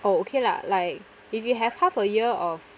oh okay lah like if you have half a year of